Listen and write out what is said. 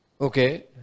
Okay